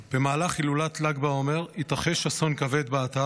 במהלך הילולת ל"ג בעומר, התרחש אסון כבד באתר,